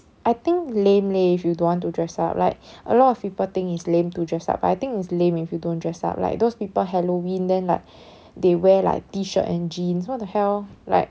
I think lame leh if you don't want to dress up like a lot of people think it's lame to dress up but I think it's lame if you don't dress up like those people halloween then like they wear like t-shirt and jeans what the hell like